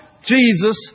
Jesus